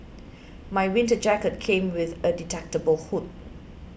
my winter jacket came with a detachable hood